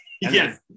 yes